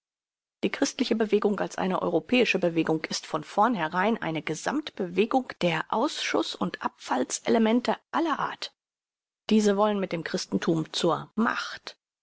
die christliche bewegung als eine europäische bewegung ist von vornherein eine gesammt bewegung der ausschuß und abfalls elemente aller art diese wollen mit dem christenthum zur macht